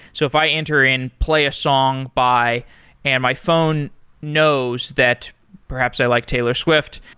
so if i enter in play a song by and my phone knows that perhaps i like taylor swift,